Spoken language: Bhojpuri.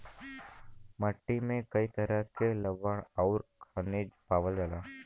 मट्टी में कई तरह के लवण आउर खनिज पावल जाला